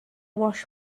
wash